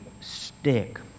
stick